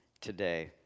today